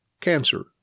cancer